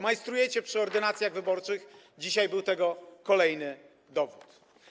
Majstrujecie przy ordynacjach wyborczych, dzisiaj był tego kolejny dowód.